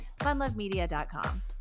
funlovemedia.com